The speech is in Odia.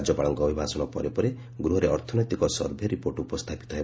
ରାଜ୍ୟପାଳଙ୍କ ଅଭିଭାଷଣ ପରେ ପରେ ଗୃହରେ ଅର୍ଥନୈତିକ ସର୍ଭେ ରିପୋର୍ଟ ଉପସ୍ଥାପିତ ହେବ